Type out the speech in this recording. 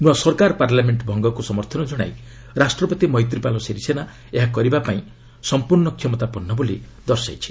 ନୂଆ ସରକାର ପାର୍ଲାମେଣ୍ଟ ଭଙ୍ଗକୁ ସମର୍ଥନ ଜଣାଇ ରାଷ୍ଟ୍ରପତି ମୈତ୍ରିପାଳ ସିରିସେନା ଏହା କରିବାପାଇଁ କ୍ଷମତାପନ୍ନ ବୋଲି ଦର୍ଶାଇଛନ୍ତି